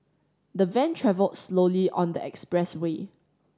the van travelled slowly on the expressway